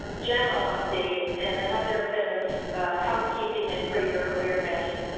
um general update and another bit of housekeeping and for your awareness,